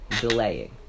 delaying